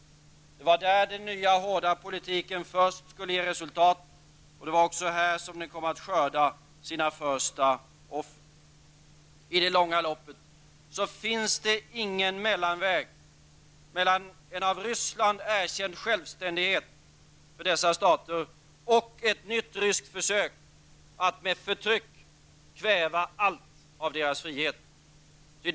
Det var där den nya hårda politiken först skulle ge resultat, och det var också där den kom att skörda sina första offer. I det långa loppet finns det ingen mellanväg mellan en av Ryssland erkänd självständighet för dessa stater och ett nytt ryskt försök att med förtryck kväva allt av deras frihet.